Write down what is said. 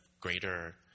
greater